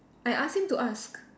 I asked him to ask